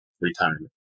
retirement